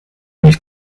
nicht